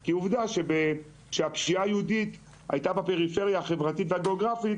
כי עובדה שכאשר הפשיעה היהודית הייתה בפריפריה החברתית והגיאוגרפית,